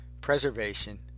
preservation